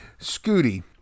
Scooty